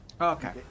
Okay